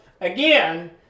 again